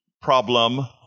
Problem